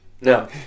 No